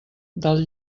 del